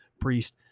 priest